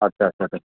आतसा आतसा सार